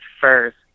first